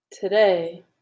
today